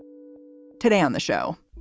today on the show,